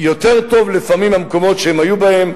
יותר טוב לפעמים מבמקומות שהם היו בהם.